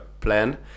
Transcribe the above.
plan